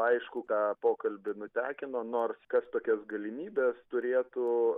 aišku tą pokalbį nutekino nors kas tokias galimybes turėtų